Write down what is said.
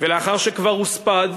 ולאחר שכבר הוספד,